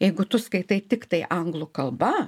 jeigu tu skaitai tiktai anglų kalba